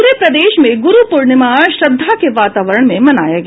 पूरे प्रदेश में गुरु पूर्णिमा श्रद्धा के वातावरण में मनाया गया